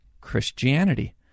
Christianity